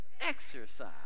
exercise